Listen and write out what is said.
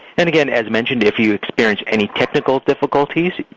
and again, as mentioned, if you experience any technical difficulties,